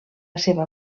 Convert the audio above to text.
seva